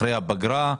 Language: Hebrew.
אחרי הפגרה.